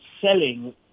selling